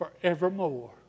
forevermore